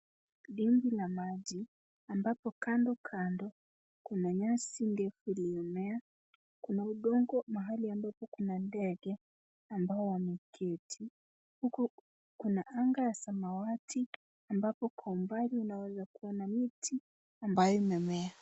Dimbwi la maji ambapo kando kando kuna nyasi ndefu iliyomea, kuna udongo mahali ambapo kuna ndege ambao wameketi, huku kuna anga ya samawati ambapo kwa umbali unaweza kuona miti ambayo imemea.